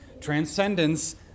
Transcendence